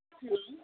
hello